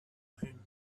him